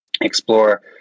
explore